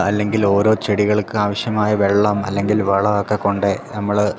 അല്ലെങ്കിൽ ഓരോ ചെടികൾക്ക് ആവശ്യമായ വെള്ളം അല്ലെങ്കിൽ വളം ഒക്കെ കൊണ്ട് നമ്മൾ